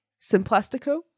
simplastico